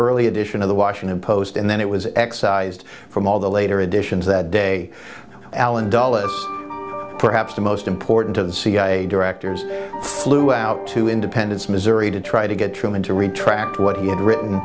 early edition of the washington post and then it was excised from all the later additions that day allen dulles perhaps the most important of the cia director's flew out to independence missouri to try to get truman to retract what he had written